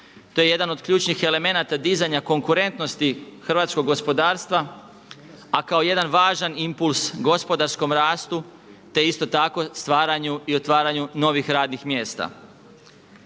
To je jedan od ključnih elemenata dizanja konkurentnosti hrvatskog gospodarstva a kao jedan važan impuls gospodarskom rastu te isto tako stvaranju i otvaranju novih radnih mjesta,